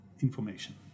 information